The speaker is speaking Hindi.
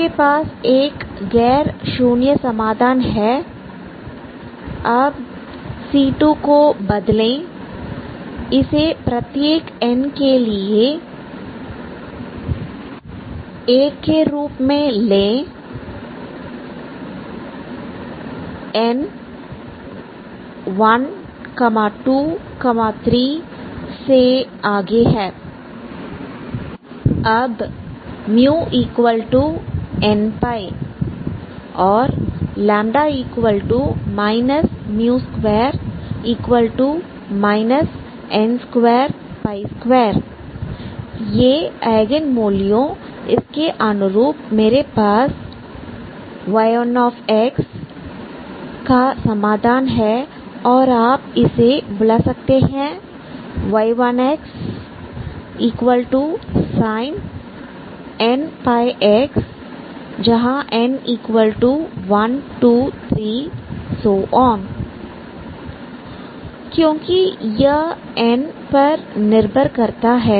आपके पास एक गैर शून्य समाधान है अब c2 को बदलें इसे प्रत्येक n के लिए 1 के रूप में लें n 1 2 3 से आगे है अब μnπ और μ2 n22 ये एगेन मूल्यों इसके अनुरूप मेरे पास yn का समाधान है आप इसे बुला सकते हैं ynx sin nπx n123 क्योंकि यह n पर निर्भर करता है